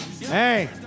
Hey